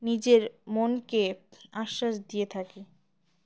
নিজের মনকে আশ্বাস দিয়ে থাকি